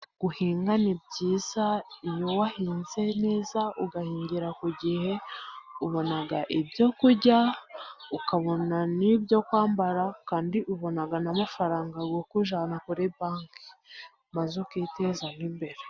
Guhinga ni byiza, iyo wahinze neza, ugahingira ku gihe, ubona ibyo kurya, ukabona n'ibyo kwambara, kandi ubona n'amafaranga yo kujyana kuri banki, maze ukiteza imbere.